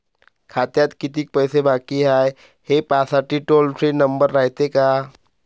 खात्यात कितीक पैसे बाकी हाय, हे पाहासाठी टोल फ्री नंबर रायते का?